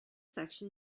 section